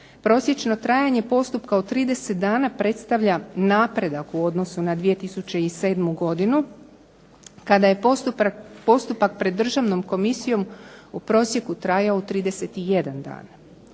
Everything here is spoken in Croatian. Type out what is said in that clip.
Prosječno trajanje postupka od 30 dana predstavlja napredak u odnosu na 2007. godinu kada je postupak pred Državnom komisijom u prosjeku trajao 31 dan.